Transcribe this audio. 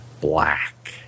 black